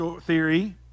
theory